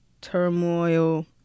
turmoil